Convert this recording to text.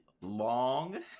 long